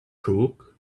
crook